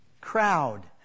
crowd